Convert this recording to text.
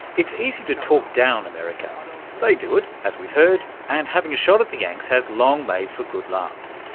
it's easy to talk down america. ah they do it, as we've heard, and having a shot at the yanks has long made for good laughs.